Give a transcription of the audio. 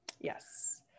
Yes